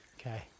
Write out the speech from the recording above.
Okay